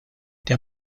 der